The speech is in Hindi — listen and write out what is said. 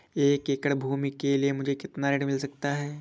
एक एकड़ भूमि के लिए मुझे कितना ऋण मिल सकता है?